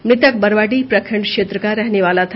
मृतक बरवाडीह प्रखंड क्षेत्र का रहनेवाला था